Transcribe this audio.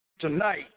Tonight